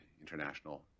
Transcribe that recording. international